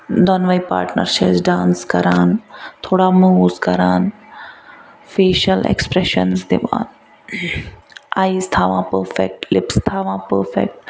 دۄنوَے پارٹنَر چھِ أسۍ ڈانس کَران تھوڑا موٗوز کران فیشَل ایٚکسپریٚشَنز دِوان آیز تھاوان پٔرفیٚکٹ لِپٕس تھاوان پٔرفیٚکٹ